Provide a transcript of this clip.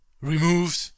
removed